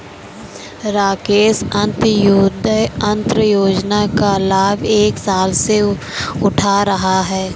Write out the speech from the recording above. राकेश अंत्योदय अन्न योजना का लाभ एक साल से उठा रहा है